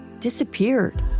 disappeared